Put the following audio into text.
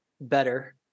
better